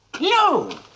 no